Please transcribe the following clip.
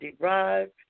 derived